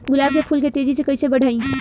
गुलाब के फूल के तेजी से कइसे बढ़ाई?